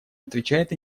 отвечает